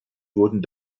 wurden